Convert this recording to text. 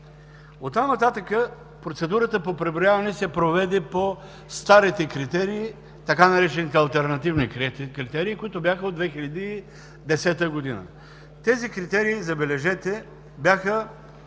Оттам нататък процедурата по преброяване се проведе по старите критерии, така наречените „алтернативни критерии”, които бяха от 2010 г. По тези критерии, забележете,